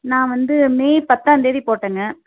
நான் வந்து மே பத்தாம்தேதி போட்டேங்க